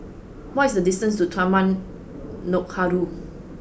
what is the distance to Taman Nakhoda